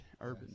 Urban